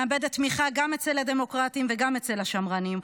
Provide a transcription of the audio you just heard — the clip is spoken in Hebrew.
מאבדת תמיכה גם אצל הדמוקרטים וגם אצל השמרנים.